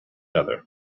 other